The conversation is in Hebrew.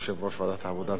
יושב-ראש ועדת העבודה,